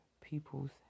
people's